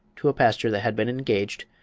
to a pasture that had been engaged,